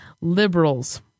liberals